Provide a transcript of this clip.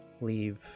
leave